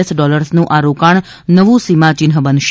S ડોલર્સનું આ રોકાણ નવું સિમાચિન્હ બનશે